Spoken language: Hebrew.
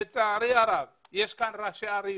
לצערי הרב יש כאן ראשי ערים